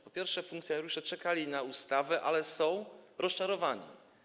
Po pierwsze, funkcjonariusze czekali na ustawę, ale są rozczarowani.